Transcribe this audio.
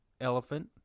elephant